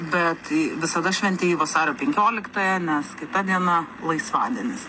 bet visada šventi jį vasario penkioliktąją nes kita diena laisvadienis